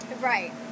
Right